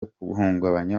guhungabanya